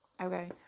Okay